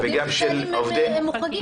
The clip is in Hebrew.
עובדים סוציאליים מוחרגים.